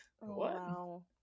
Wow